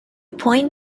point